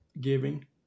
giving